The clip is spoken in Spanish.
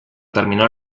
terminó